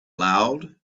loud